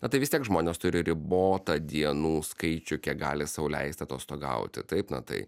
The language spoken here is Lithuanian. na tai vis tiek žmonės turi ribotą dienų skaičių kiek gali sau leisti atostogauti taip na tai